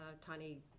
tiny